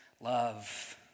Love